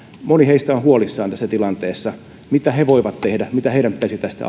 moni heistä on huolissaan tästä tilanteesta mitä he voivat tehdä mitä heidän pitäisi tästä